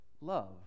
Love